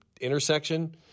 intersection